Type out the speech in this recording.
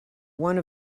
one